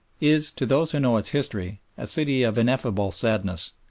is, to those who know its history, a city of ineffable sadness.